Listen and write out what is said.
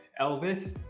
elvis